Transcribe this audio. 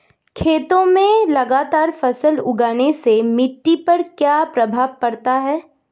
खेत में लगातार फसल उगाने से मिट्टी पर क्या प्रभाव पड़ता है?